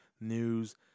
news